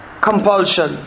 compulsion